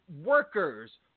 workers